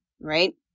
right